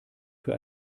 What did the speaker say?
für